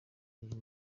uyu